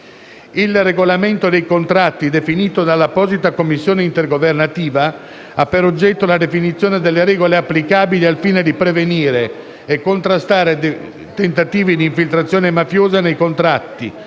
Il Regolamento dei contratti, definito dall'apposita Commissione intergovernativa, ha per oggetto la definizione delle regole applicabili al fine di prevenire e contrastare tentativi di infiltrazione mafiosa nei contratti,